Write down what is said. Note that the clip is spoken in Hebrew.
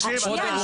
רגע,